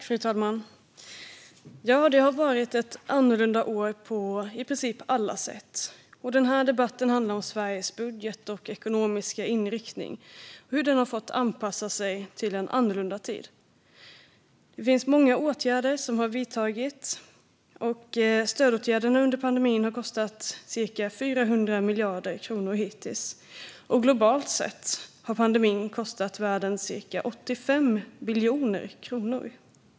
Fru talman! Det har varit ett annorlunda år på i princip alla sätt. Den här debatten handlar om Sveriges budget och ekonomiska inriktning och om hur den har fått anpassa sig till en annorlunda tid. Det finns många åtgärder som har vidtagits. Stödåtgärderna under pandemin har kostat cirka 400 miljarder kronor hittills, och globalt sett har pandemin kostat världen cirka 85 biljoner kronor.